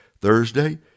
Thursday